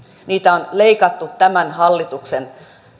niitä on leikattu tämän hallituksen